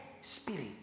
spirit